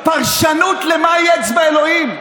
פרשנות למהי אצבע אלוהים,